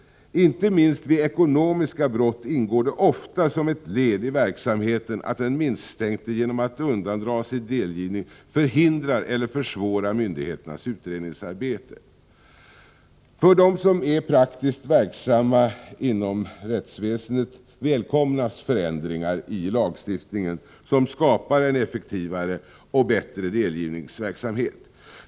Inte minst vid ekonomiska brott ingår det ofta som ett led i verksamheten att den misstänkte genom att undandra sig delgivning förhindrar eller försvårar myndigheternas utredningsarbete. För dem som är praktiskt verksamma inom rättsväsendet välkomnas förändringar i lagstiftningen som skapar en effektivare och bättre delgivningsverksamhet.